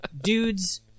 dudes